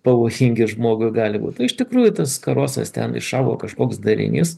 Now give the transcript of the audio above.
pavojingi žmogui gali būi iš tikrųjų tas karosas ten išaugo kažkoks darinys